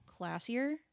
classier